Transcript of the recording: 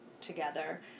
together